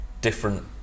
different